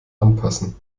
anpassen